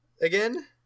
again